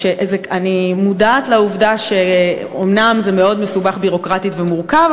אני מודעת לעובדה שאומנם זה מאוד מסובך ביורוקרטית ומורכב,